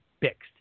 fixed